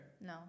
No